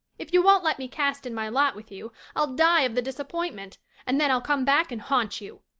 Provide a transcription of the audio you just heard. if you won't let me cast in my lot with you i'll die of the disappointment and then i'll come back and haunt you.